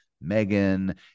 Megan